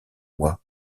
mois